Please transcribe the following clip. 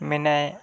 ᱢᱮᱱᱟᱭ